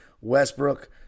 Westbrook